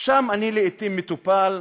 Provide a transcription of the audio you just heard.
שם אני לעתים מטופל,